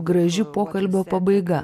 graži pokalbio pabaiga